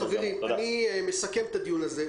חברים, אני מסכם את הדיון הזה.